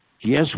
Yes